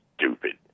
stupid